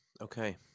okay